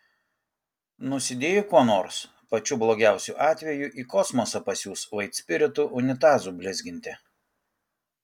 nusidėjai kuo nors pačiu blogiausiu atveju į kosmosą pasiųs vaitspiritu unitazų blizginti